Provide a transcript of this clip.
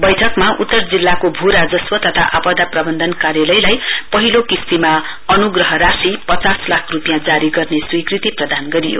बैठकमा उत्तर जिल्लाको भू राजस्व तथा आपदा प्रवन्धन कार्यलयलाई पहिलो किश्ती अनुग्रह राशि पचास लाख रुपियाँ जारी गर्ने स्वीकृती प्रदान गरियो